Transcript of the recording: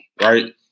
Right